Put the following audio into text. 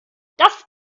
das